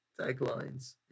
Taglines